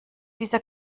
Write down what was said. dieser